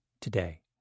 today